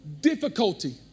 Difficulty